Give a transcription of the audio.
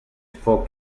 foc